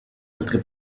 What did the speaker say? altre